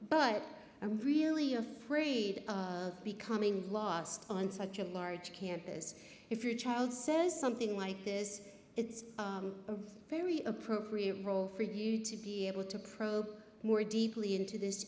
but i'm really afraid of becoming lost on such a large campus if your child says something like this it's a very appropriate role for you to be able to probe more deeply into this